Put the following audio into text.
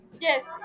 Yes